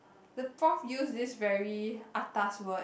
the prof use this very atas word